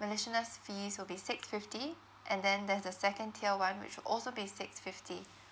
miscellaneous fees will be six fifty and then there's the second tier one which will also be six fifty